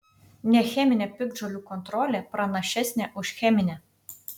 necheminė piktžolių kontrolė pranašesnė už cheminę